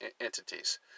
entities